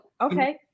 okay